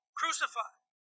crucified